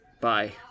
Bye